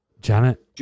janet